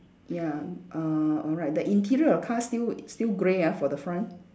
ya err alright the interior of the car still still grey ah for the front